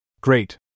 Great